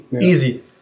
Easy